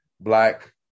Black